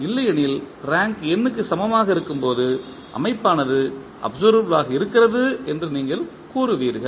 இல்லையெனில் rank n க்கு சமமாக இருக்கும்போது அமைப்பானது அப்சர்வபில் ஆக இருக்கிறது என்று நீங்கள் கூறுவீர்கள்